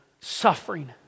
suffering